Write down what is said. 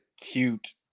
cute